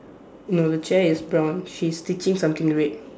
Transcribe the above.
no the chair is brown she's stitching something red